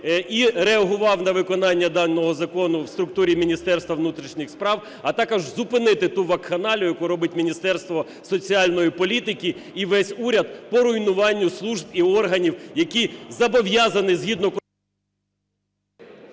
і реагував на виконання даного закону в структурі Міністерства внутрішніх справ, а також зупинити ту вакханалію, яку робить Міністерство соціальної політики і весь уряд по руйнуванню служб і органів, які зобов'язані, згідно...